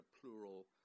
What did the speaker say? plural